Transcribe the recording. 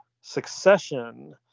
Succession